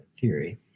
theory